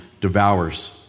devours